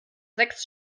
sechs